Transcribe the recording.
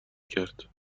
کرد